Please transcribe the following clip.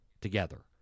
together